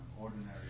ordinary